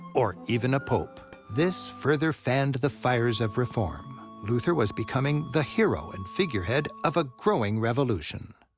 or even a pope. this further fanned the fires of reform. luther was becoming the hero and figurehead of a growing revolution.